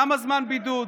כמה זמן בידוד,